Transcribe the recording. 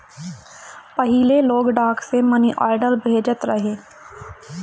पहिले लोग डाक से मनीआर्डर भेजत रहे